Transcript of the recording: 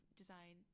design